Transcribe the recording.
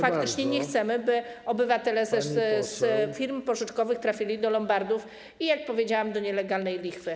bo faktycznie nie chcemy, by obywatele z firm pożyczkowych trafili do lombardów i, jak powiedziałam, do nielegalnej lichwy.